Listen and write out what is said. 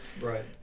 right